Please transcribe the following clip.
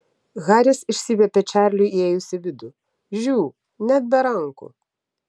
haris išsiviepė čarliui įėjus į vidų žiū net be rankų